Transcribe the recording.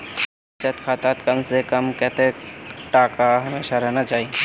बचत खातात कम से कम कतेक टका हमेशा रहना चही?